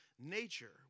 nature